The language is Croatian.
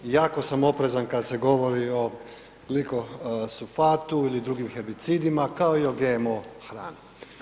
I jako sam oprezan kad se govori glikosufatu ili drugim herbicidima kao i o GMO hrani.